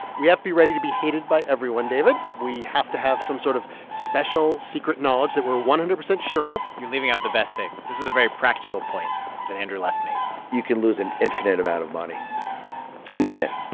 we have to be ready to be hated by everyone, david. we have to have some sort of special, secret knowledge that we're one hundred percent sure of you're leaving out the best thing. this is a very practical point that andrew left made you can lose an infinite amount of money infinite